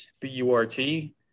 b-u-r-t